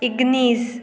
Ignis